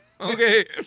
Okay